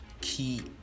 key